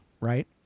Right